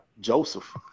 Joseph